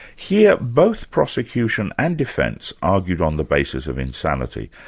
here both prosecution and defence argued on the basis of insanity,